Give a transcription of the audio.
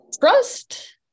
trust